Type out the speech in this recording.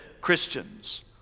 Christians